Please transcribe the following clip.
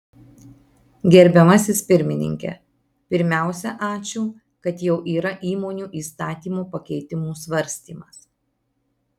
gerbiamasis pirmininke pirmiausia ačiū kad jau yra įmonių įstatymo pakeitimų svarstymas